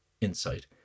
insight